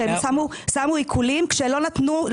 הם שמו עיקולים כשלא נתנו,